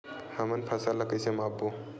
हमन फसल ला कइसे माप बो?